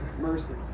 mercies